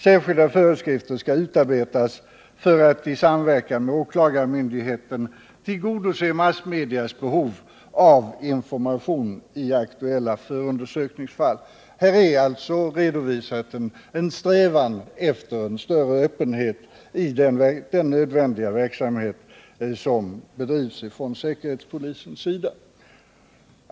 Särskilda föreskrifter skall utarbetas för att i samverkan med åklagarmyndigheten tillgodose massmedias behov av information i aktuella förundersökningsfall. Så långt rikspolisstyrelsen. Här har man alltså redovisat en strävan mot större öppenhet i den nödvändiga verksamhet som bedrivs från säkerhetspolisens sida.